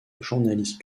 journaliste